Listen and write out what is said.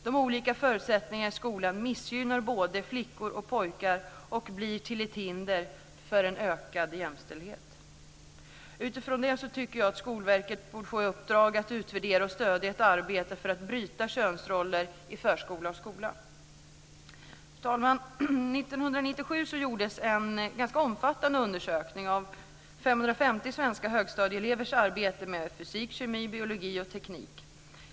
De olika förutsättningarna i skolan missgynnar både flickor och pojkar och blir till ett hinder för en ökad jämställdhet. Utifrån det tycker jag att Skolverket borde få i uppdrag att utvärdera och stödja ett arbete för att bryta könsroller i förskola och skola. Fru talman! År 1997 gjordes en ganska omfattande undersökning av 550 svenska högstadieelevers arbete med fysik, kemi, biologi och teknik.